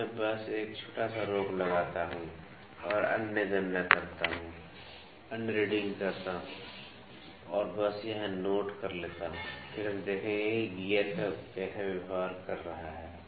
अब मैं बस एक छोटा सा रोक लगाता हूँ और अन्य गणना करता हूँ अन्य रीडिंग करता हूँ और बस यहाँ नोट कर लेता हूँ फिर हम देखेंगे कि गियर कैसा व्यवहार कर रहा है